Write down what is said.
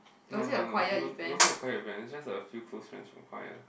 no no no it wasn't it wasn't a choir event is just a few close friends from choir